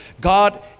God